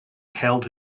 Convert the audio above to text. held